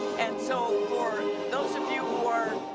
and so for those of you who are